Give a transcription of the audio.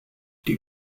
die